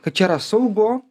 kad čia yra saugu